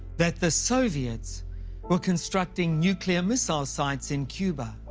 that the soviets were constructing nuclear missile sites in cuba.